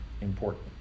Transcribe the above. important